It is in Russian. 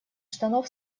штанов